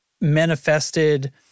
manifested